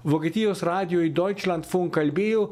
vokietijos radijuj deutschlandfunk kalbėjo